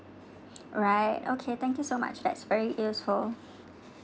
alright okay thank you so much that's very useful